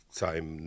time